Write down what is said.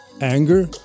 Anger